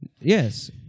yes